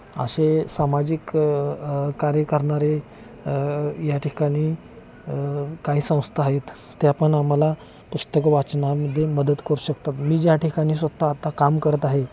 असे सामाजिक कार्य करणारे या ठिकाणी काही संस्था आहेत त्या पण आम्हाला पुस्तकं वाचनामध्ये मदत करू शकतात मी ज्या ठिकाणी स्वतः आत्ता काम करत आहे